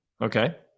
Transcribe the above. Okay